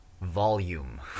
volume